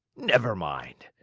never mind!